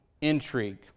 intrigue